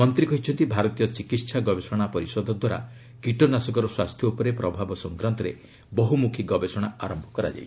ମନ୍ତ୍ରୀ କହିଛନ୍ତି ଭାରତୀୟ ଚିକିତ୍ସା ଗବେଷଣା ପରିଷଦ ଦ୍ୱାରା କିଟନାଶକର ସ୍ୱାସ୍ଥ୍ୟ ଉପରେ ପ୍ରଭାବ ସଂକ୍ରାନ୍ତରେ ବହ୍ତମ୍ରଖୀ ଗବେଷଣା ଆରମ୍ଭ କରାଯାଇଛି